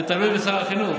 זה תלוי בשר החינוך.